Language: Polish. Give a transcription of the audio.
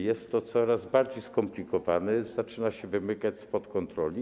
Jest to coraz bardziej skomplikowane i zaczyna się wymykać spod kontroli.